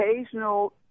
occasional